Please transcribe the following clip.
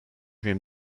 him